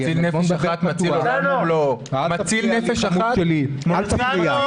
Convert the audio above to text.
"המציל נפש אחת מציל עולם ומלואו." אל תפריע לי.